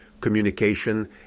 communication